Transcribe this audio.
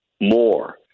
more